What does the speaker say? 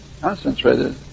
concentrated